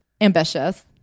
Ambitious